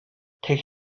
take